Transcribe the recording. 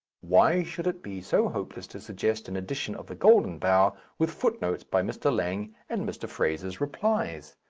why should it be so hopeless to suggest an edition of the golden bough with footnotes by mr. lang and mr. fraser's replies?